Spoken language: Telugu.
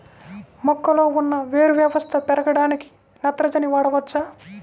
మొక్కలో ఉన్న వేరు వ్యవస్థ పెరగడానికి నత్రజని వాడవచ్చా?